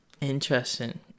Interesting